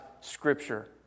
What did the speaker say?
Scripture